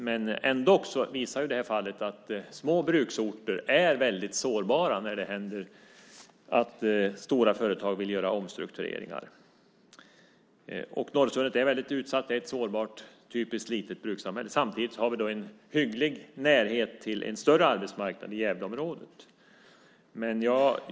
Men detta fall visar att små bruksorter är mycket sårbara när stora företag vill göra omstruktureringar. Norrsundet är utsatt; det är ett sårbart och typiskt, litet brukssamhälle. Samtidigt har vi en hygglig närhet till en större arbetsmarknad i Gävleområdet.